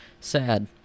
Sad